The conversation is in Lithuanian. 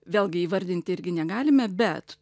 vėlgi įvardinti irgi negalime bet